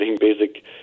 basic